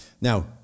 Now